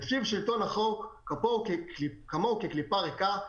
שלטון החוק כמוהו כקליפה ריקה,